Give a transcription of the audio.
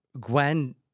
Gwen